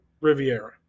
Riviera